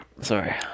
Sorry